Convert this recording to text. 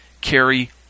carry